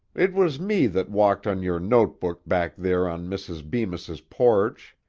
it was me that walked on your note-book back there on mrs. bemis's porch.